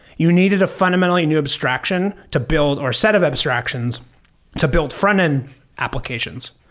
you needed a fundamentally new abstraction to build, or set of abstractions to build front-end applications.